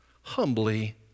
humbly